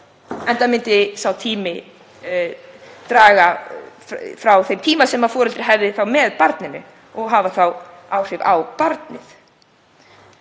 enda myndi sá tími dragast frá þeim tíma sem foreldri hefði með barninu og hefði þá áhrif á það.